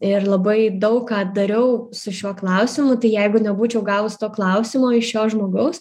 ir labai daug ką dariau su šiuo klausimu tai jeigu nebūčiau gavus to klausimo iš šio žmogaus